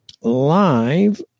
live